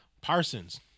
Parsons